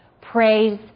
praise